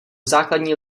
základní